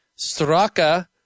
Straka